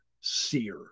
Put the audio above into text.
seer